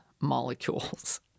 molecules